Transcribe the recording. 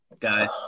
Guys